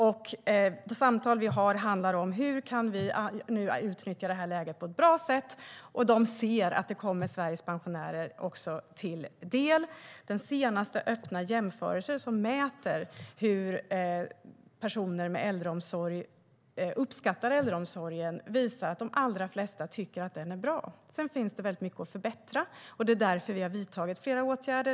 De samtal vi har handlar om hur vi kan utnyttja läget på ett bra sätt, och de ser att detta kommer Sveriges pensionärer till del. Den senaste öppna jämförelsen, som mäter hur personer med äldreomsorg uppskattar denna omsorg, visar att de allra flesta tycker att den är bra. Sedan finns det mycket att förbättra, och det är därför vi har vidtagit flera åtgärder.